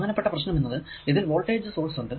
പ്രധാനപ്പെട്ട പ്രശ്നം എന്നത് ഇതിൽ വോൾടേജ് സോഴ്സ് ഉണ്ട്